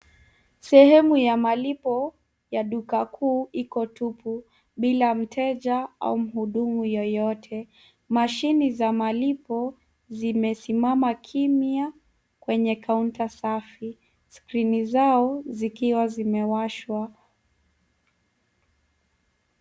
Sehemu ya malipo ya duka kuu iko tupu bila mteja au mhudumu yoyote. Mashini za malipo zimesimama kimya kwenye kaunta safi, skrini zao zikiwa zimewashwa.